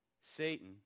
Satan